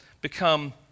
become